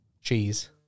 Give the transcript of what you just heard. cheese